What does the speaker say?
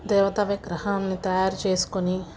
దేవతా విగ్రహాలను తాయారు చేసుకొని